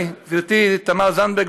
גברתי תמר זנדברג,